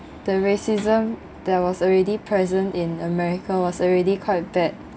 the racism that was already present in america was already quite bad